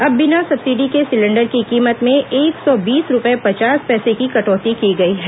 अब बिना सब्सिडी के सिलेंडर की कीमत में एक सौ बीस रुपये पचास पैसे की कटौती की गई है